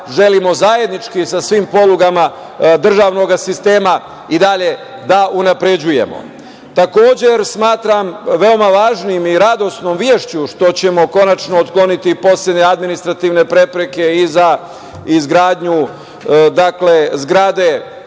želimo zajednički sa svim polugama državnog sistema i dalje da unapređujemo. Takođe, smatram veoma važnim i radosnom vešću što ćemo konačno otkloniti poslednje administrativne prepreke i za izgradnju zgrade